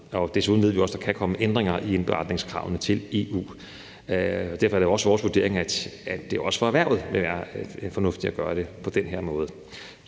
Desuden kan der også komme ændringer i indberetningskravene til EU. Derfor er det også vores vurdering, at det også for erhvervet vil være fornuftigt at gøre det på den her måde.